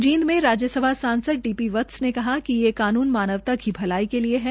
जींद में राज्य सभा सांसद डी पी वत्स ने कहा कि ये कानून मानवता की भलाई के लिए है